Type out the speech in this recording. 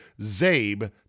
ZABE